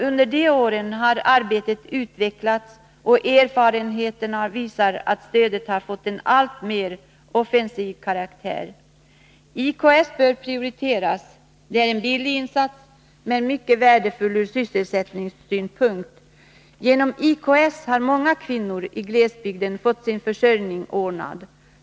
Under de åren har arbetet utvecklats, och erfarenheterna visar att detta stöd har fått en alltmer offensiv karaktär. IKS bör prioriteras. Det är en billig insats, men mycket värdefull ur sysselsättningssynpunkt. Genom IKS har många kvinnor i glesbygden fått sin försörjning ordnad.